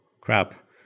crap